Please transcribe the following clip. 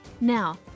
Now